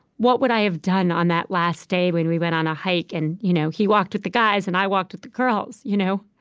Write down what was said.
what would i have done on that last day when we went on a hike, and you know he walked with the guys, and i walked with the girls? you know